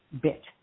bit